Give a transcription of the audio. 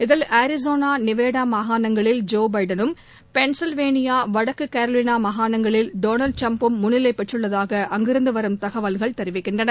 இதில் Arizona Nevada மாகாணங்களில் Joe பைடனும் பென்சில்வேனியா வடக்கு கரோலினா மாகாணங்களிலும் டொனால்ட் டிரம்பும் முன்னிலை பெற்றுள்ளதாக அங்கிருந்து வரும் தகவல்கள் தெரிவிக்கின்றன